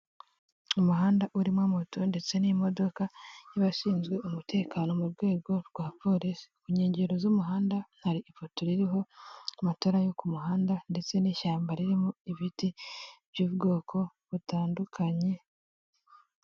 Umuhanda urimo moto ndetse n'imodoka y'abashinzwe umutekano mu rwego rwa polisi ku nkengero z'umuhanda hari ipoto iriho amatara yo ku muhanda ndetse n'ishyamba ririmo ibiti by'ubwoko butandukanye.